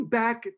back